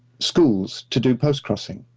schools to do postcrossing,